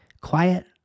Quiet